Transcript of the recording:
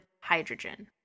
hydrogen